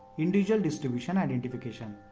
individual distribution identification.